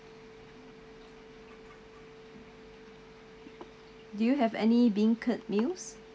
do you have any beancurd meals